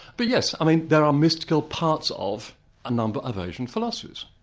but yes, i mean there are mystical parts of a number of asian philosophies.